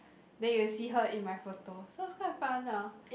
then you will see her in my photos so it's quite fun ah